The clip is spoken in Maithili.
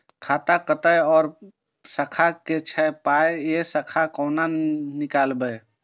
खाता कतौ और शाखा के छै पाय ऐ शाखा से कोना नीकालबै?